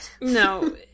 No